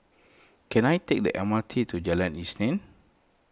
can I take the M R T to Jalan Isnin